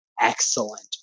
excellent